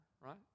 right